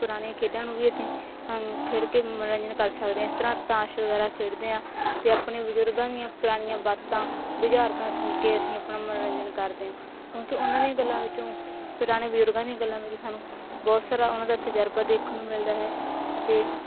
ਪੁਰਾਣੀਆਂ ਖੇਡਾਂ ਨੂੰ ਵੀ ਅਸੀਂ ਖੇਡ ਕੇ ਮਨੋਰੰਜਨ ਕਰ ਸਕਦੇ ਹਾਂ ਇਸ ਤਰ੍ਹਾਂ ਤਾਸ਼ ਵਗੈਰਾ ਖੇਡਦੇ ਹਾਂ ਅਤੇ ਆਪਣੇ ਬਜ਼ੁਰਗਾਂ ਦੀਆਂ ਪੁਰਾਣੀਆਂ ਬਾਤਾਂ ਬੁਝਾਰਤਾਂ ਸੁਣ ਕੇ ਅਸੀਂ ਆਪਣਾ ਮਨੋਰੰਜਨ ਕਰਦੇ ਹਾਂ ਕਿਉਂਕਿ ਉਹਨਾਂ ਦੀਆਂ ਗੱਲਾਂ ਵਿੱਚੋਂ ਪੁਰਾਣੇ ਬਜ਼ੁਰਗਾਂ ਦੀਆਂ ਗੱਲਾਂ ਵਿੱਚ ਸਾਨੂੰ ਬਹੁਤ ਸਾਰਾ ਉਹਨਾਂ ਦਾ ਤਜ਼ਰਬਾ ਦੇਖਣ ਨੂੰ ਮਿਲਦਾ ਹੈ ਅਤੇ